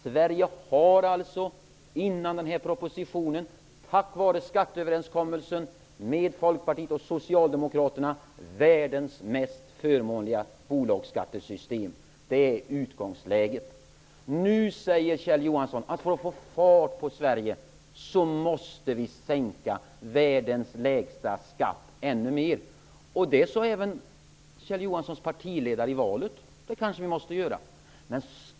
Sverige har alltså, innan den här propositionen och tack vare skatteöverenskommelsen mellan Folkpartiet och Socialdemokraterna, världens mest förmånliga bolagsskattesystem. Det är utgångsläget. Nu säger Kjell Johansson att vi måste sänka världens lägsta skatt ännu mer för att få fart på Sverige. Även Kjell Johanssons partiledare sade i valet att vi kanske måste göra det.